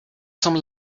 some